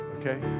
okay